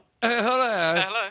Hello